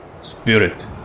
spirit